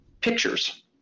pictures